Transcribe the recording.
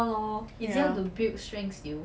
ya